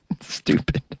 Stupid